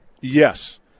Yes